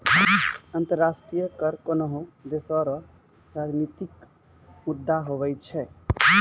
अंतर्राष्ट्रीय कर कोनोह देसो रो राजनितिक मुद्दा हुवै छै